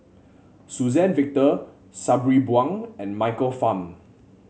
Suzann Victor Sabri Buang and Michael Fam